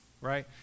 right